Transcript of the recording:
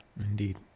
Indeed